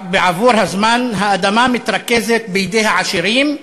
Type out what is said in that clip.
בעבור הזמן, האדמה מתרכזת בידי העשירים,